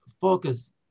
focus